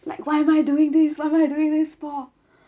like why am I doing this why am I doing this for